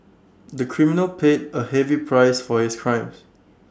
the criminal paid A heavy price for his crimes